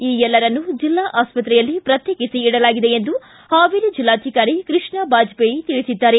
ಈ ಎಲ್ಲರನ್ನೂ ಜಿಲ್ಲಾ ಆಸ್ಪತ್ರೆಯಲ್ಲಿ ಪ್ರತ್ಯೇಕಿಸಿ ಇಡಲಾಗಿದೆ ಎಂದು ಹಾವೇರಿ ಜಿಲ್ಲಾಧಿಕಾರಿ ಕೃಷ್ಣ ಬಾಜಪೇಯಿ ತಿಳಿಸಿದ್ದಾರೆ